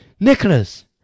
Nicholas